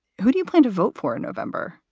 who do you plan to vote for in november?